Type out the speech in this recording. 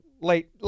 late